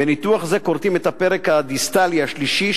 בניתוח זה כורתים את הפרק הדיסטלי השלישי,